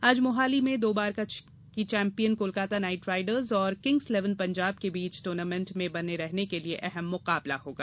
आज मोहाली में दो बार का चैंपियन कोलकाता नाइट राइडर्स और किंग्स एलेवन पंजाब के बीच टूर्नामेंट में बने रहने के लिए अहम मुकाबला होगा